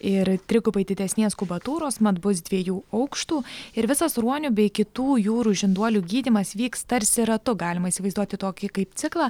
ir trigubai didesnės kubatūros mat bus dviejų aukštų ir visas ruonių bei kitų jūrų žinduolių gydymas vyks tarsi ratu galima įsivaizduoti tokį kaip ciklą